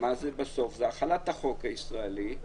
זו החלת החוק הישראלי,